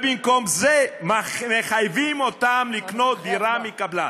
במקום זה, מחייבים אותם לקנות דירה מקבלן.